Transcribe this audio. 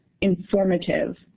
informative